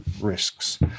risks